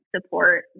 support